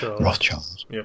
Rothschilds